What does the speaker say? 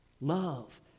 love